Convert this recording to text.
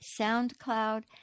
SoundCloud